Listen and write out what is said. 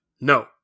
No